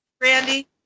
Randy